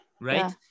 Right